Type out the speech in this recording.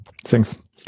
thanks